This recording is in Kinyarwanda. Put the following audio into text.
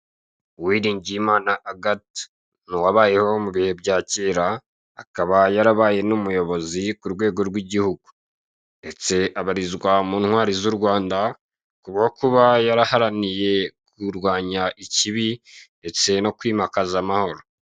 Uwiringiyimana Agatha ni uwabayeho mu bihe bya kera akaba yarabaye n'umuyobozi k'urwego rw'igihugu, ndetse abarizwa mu ntwari z'u Rwanda kubwo kuba yaraharaniye kurwanya ikibi ndetse no kwimakaza amahoro.